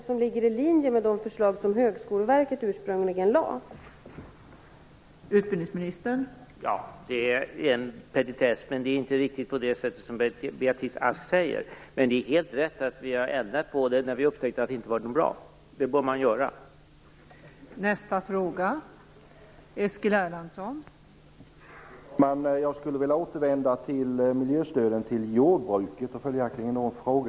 Det ligger i linje med de förslag som Högskoleverket ursprungligen lade fram.